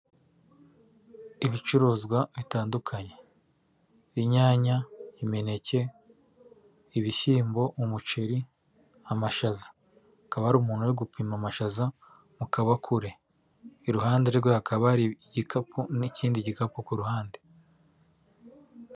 Ibicuruzwa bitandukanye: Inyanya , imineke, ibishyimbo umuceri, amashaza. Hakaba hari umuntu uri gupima amashaza mu kabakure, iruhande rwe hakaba hari igikapu n'ikindi gikapu ku ruhande.